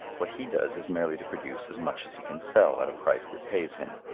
what he does is merely to produce as much as he can sell at a price that pays him.